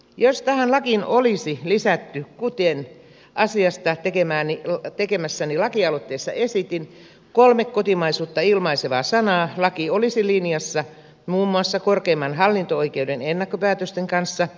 jos tähän lakiin olisi lisätty kuten asiasta tekemässäni lakialoitteessa esitin kolme kotimaisuutta ilmaisevaa sanaa laki olisi linjassa muun muassa korkeimman hallinto oikeuden ennakkopäätösten kanssa